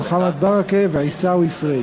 מוחמד ברכה ועיסאווי פריג'.